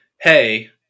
Hey